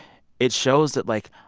it shows that, like,